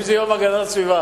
אם זה יום הגנת הסביבה,